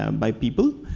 um by people.